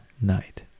night